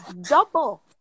double